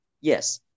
Yes